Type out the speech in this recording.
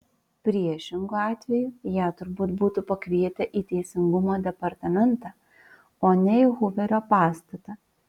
priešingu atveju ją turbūt būtų pakvietę į teisingumo departamentą o ne į huverio pastatą